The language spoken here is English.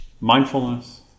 mindfulness